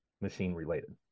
machine-related